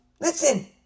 listen